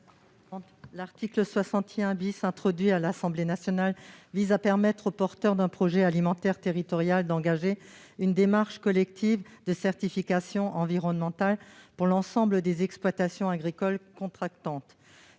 L'article 61 introduit à l'Assemblée nationale vise à permettre aux porteurs d'un projet alimentaire territorial d'engager une démarche collective de certification environnementale pour l'ensemble des exploitations agricoles contractantes.